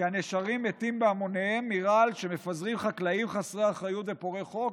כי הנשרים מתים בהמוניהם מרעל שמפזרים חקלאים חסרי אחריות ופורעי חוק,